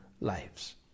lives